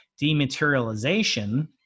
dematerialization